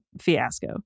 fiasco